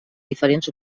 diferents